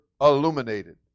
illuminated